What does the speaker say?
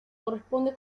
corresponde